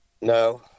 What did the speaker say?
No